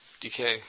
decay